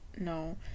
no